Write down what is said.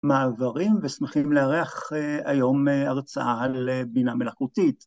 מעברים ושמחים לערך היום הרצאה על בינה מלאכותית.